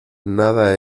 nada